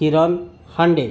किरण हांडे